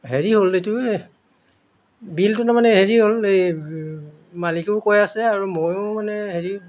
হেৰি হ'ল এইটো এই বিলটো তাৰমানে হেৰি হ'ল এই মালিকেও কৈ আছে আৰু ময়ো মানে হেৰি